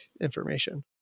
information